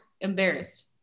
embarrassed